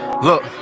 Look